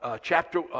chapter